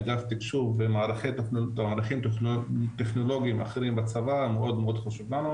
אגף תקשוב במערכים טכנולוגיים אחרים בצבא מאוד מאוד חשובה לנו,